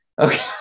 Okay